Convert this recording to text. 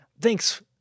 Thanks